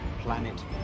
Planet